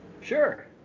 Sure